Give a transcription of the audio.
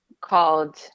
Called